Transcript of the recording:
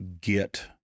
get